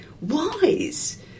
wise